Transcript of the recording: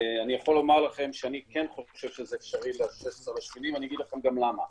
אני יכול לומר לכם שאני כן חושב שזה אפשרי --- ואני אגיד לכם גם למה: